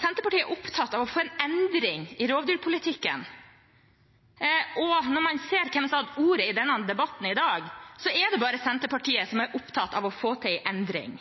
Senterpartiet er opptatt av å få en endring i rovdyrpolitikken. Når man ser på hvem som har tatt ordet i denne debatten i dag, er det bare Senterpartiet som er opptatt av å få til en endring.